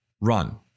run